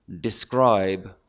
describe